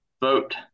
vote